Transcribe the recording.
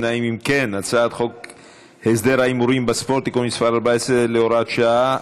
חוק להסדר ההימורים בספורט (תיקון מס' 14 והוראת שעה),